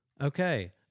Okay